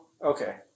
Okay